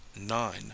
nine